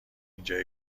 اینجا